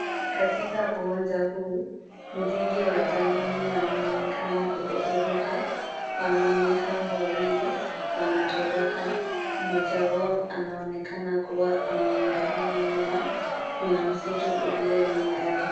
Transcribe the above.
Katika uwanja huu, nzige wa jangwani wanaonekana kupeperuka. Wanaume hawa wawili wanatoroka. Mmoja wao anaonekana kuwa ameangalia nyuma. Kuna msitu ulio nyuma yao.